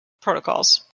protocols